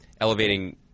elevating